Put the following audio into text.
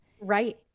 Right